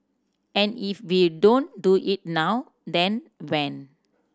and if we don't do it now then when